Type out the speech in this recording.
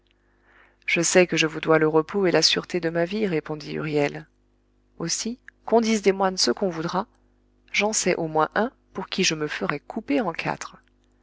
je sais que je vous dois le repos et la sûreté de ma vie répondit huriel aussi qu'on dise des moines ce qu'on voudra j'en sais au moins un pour qui je me ferais couper en quatre